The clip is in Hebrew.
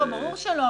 ברור שלא,